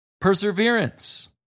perseverance